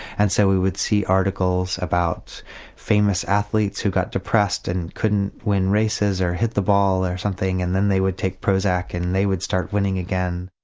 and so we would see articles about famous athletes who got depressed and couldn't win races, or hit the ball, or something and then they would take prozac and they would start winning again.